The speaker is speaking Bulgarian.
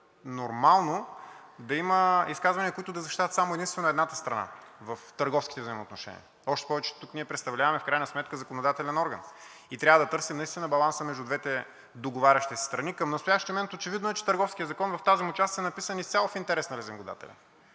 нормално да има изказвания, които да защитават само и единствено едната страна в търговските взаимоотношения? Още повече, че тук ние представляваме в крайна сметка законодателен орган и трябва наистина да търсим баланса между двете договарящи се страни. Към настоящия момент е очевидно, че Търговският закон в тази му част е написан изцяло в интерес на лизингодателя.